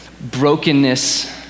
brokenness